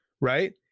right